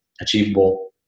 achievable